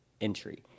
entry